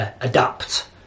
adapt